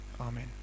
Amen